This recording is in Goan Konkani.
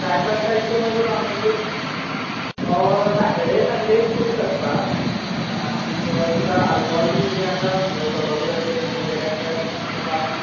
सायड बाय सायड तूं मागीर बामनबुडो सेटर्डे संडेक पुलीस आसता आनीक तुका आल्कोहोल बीन कितें आसा म्हळ्यार सोरो बिरो कितें घेवन गेले जाल्यार